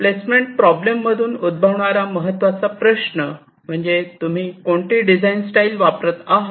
placement problem मधून उद्भवणारा महत्त्वाचा प्रश्न म्हणजे तुम्ही कोणती डिझाईन स्टाईल वापरत आहात